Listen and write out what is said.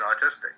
autistic